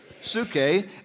suke